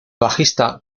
bajista